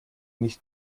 nicht